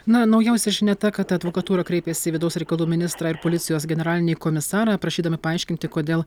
na naujausia žinia ta kad advokatūra kreipėsi į vidaus reikalų ministrą ir policijos generalinį komisarą prašydami paaiškinti kodėl